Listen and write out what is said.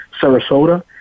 Sarasota